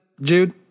Jude